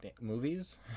movies